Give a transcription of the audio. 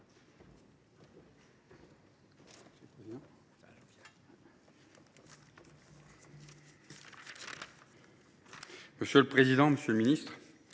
Monsieur le président, monsieur le ministre,